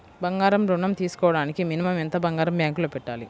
బంగారం ఋణం తీసుకోవడానికి మినిమం ఎంత బంగారం బ్యాంకులో పెట్టాలి?